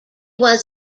was